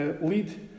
lead